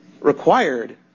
required